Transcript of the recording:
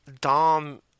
Dom